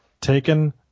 taken